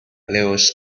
lewis